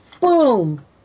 Boom